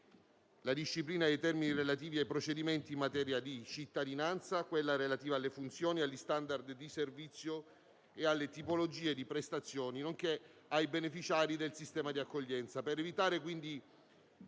la disciplina dei termini relativi ai procedimenti in materia di cittadinanza e quella relativa alle funzioni, agli *standard* di servizio e alle tipologie di prestazioni, nonché ai beneficiari del sistema di accoglienza. Per evitare quindi